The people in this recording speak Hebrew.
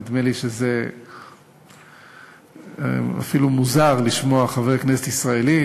נדמה לי שזה אפילו מוזר לשמוע חבר כנסת ישראלי,